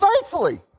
faithfully